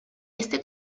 este